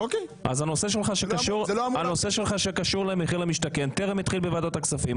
אז הנושא שלך שקשור למחיר למשתכן טרם התחיל בוועדת הכספים,